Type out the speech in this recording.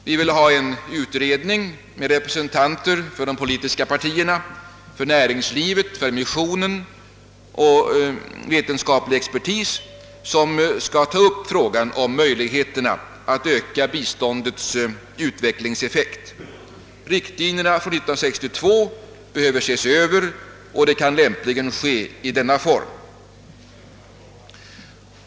Vi vill ha en utredning med representanter för de politiska partierna, näringslivet, missionen samt vetenskaplig expertis och att man skall ta upp frågan om möjligheterna att öka biståndets utvecklingseffekt. Riktlinjerna från 1962 behöver ses över, och det kan lämpligen ske i denna form.